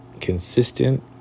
consistent